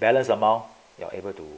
balance amount you're able to